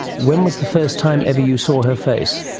when was the first time ever you saw her face?